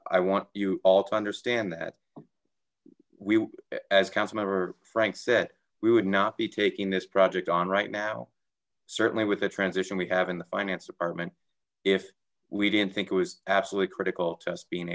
i want you all to understand that we as councilmember frank said we would not be taking this project on right now certainly with the transition we have in the finance department if we didn't think it was absolutely critical just being